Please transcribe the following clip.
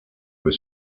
was